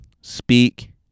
speak